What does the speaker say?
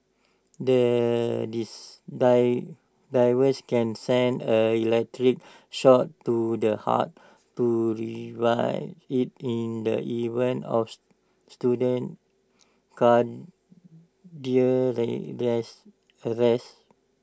the device can send an electric shock to the heart to revive IT in the event of student cardiac rest arrest